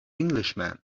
englishman